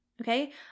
okay